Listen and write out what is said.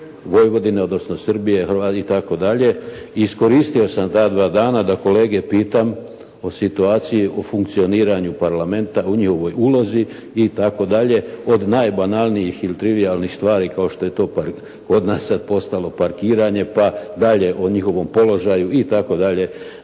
Vojvodine, odnosno Srbije itd. iskoristio sam ta dva dana da kolege pitam o situaciji o funkcioniranju parlamenta u njihovoj ulozi itd. od najbanalnijih i trivijalnih stvari kao što je to sada kod nas sada postalo parkiranje, pa dalje o njihovom položaju itd. da